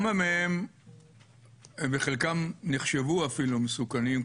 הם בחלקם נחשבו אפילו מסוכנים,